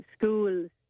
schools